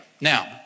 Now